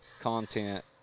content